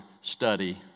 study